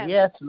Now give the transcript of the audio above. Yes